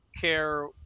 care